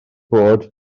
bod